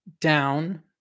down